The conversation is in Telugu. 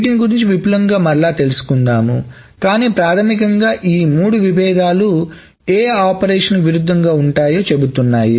వీటి గురించి విపులంగా మరలా తెలుసుకుందాము కానీ ప్రాథమికంగా ఈ మూడు విభేదాలు ఏ ఆపరేషన్లకు విరుద్ధంగా ఉంటాయో చెబుతున్నాయి